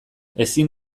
ezin